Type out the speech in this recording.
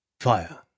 Fire